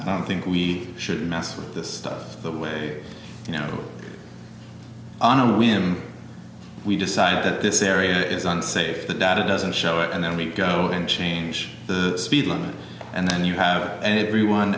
think we should mess with this stuff the way you know on a whim we decided that this area is unsafe the data doesn't show it and then we go and change the speed limit and then you have and everyone